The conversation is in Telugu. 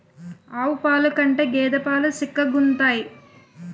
ఆవు పాలు కంటే గేద పాలు సిక్కగుంతాయి